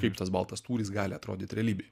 kaip tas baltas tūris gali atrodyt realybėj